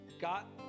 got